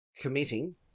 committing